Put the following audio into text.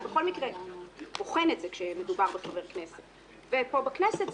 שבכל מקרה בוחן את זה כשמדובר בחבר הכנסת ופה בכנסת,